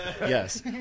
Yes